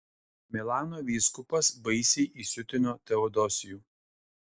milano vyskupas baisiai įsiutino teodosijų